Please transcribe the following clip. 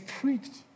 preached